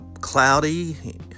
cloudy